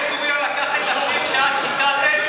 את יודעת שבן-גוריון לקח את השיר שאת ציטטת,